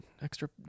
extra